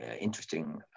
interesting